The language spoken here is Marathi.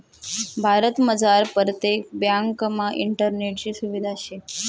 भारतमझार परतेक ब्यांकमा इंटरनेटनी सुविधा शे